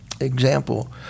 Example